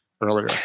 earlier